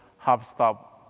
hopstop,